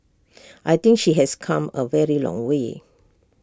I think she has come A very long way